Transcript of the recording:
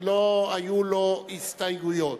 לא היו לו הסתייגויות.